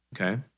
okay